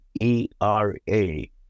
E-R-A